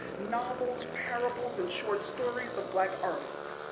novels, parables and short stories of black artists.